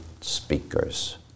speakers